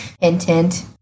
Intent